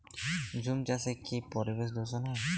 ঝুম চাষে কি পরিবেশ দূষন হয়?